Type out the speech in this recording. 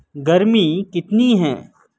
گرمی کتنی ہے